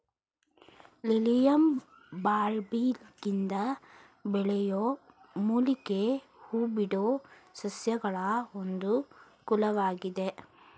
lilium ಬಲ್ಬ್ಗಳಿಂದ ಬೆಳೆಯೋ ಮೂಲಿಕೆಯ ಹೂಬಿಡೋ ಸಸ್ಯಗಳ ಒಂದು ಕುಲವಾಗಿದೆ